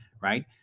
Right